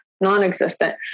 non-existent